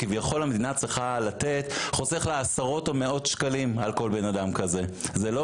ולא נחכה לתחילת חודשי ספטמבר-אוקטובר שכבר זה יהיה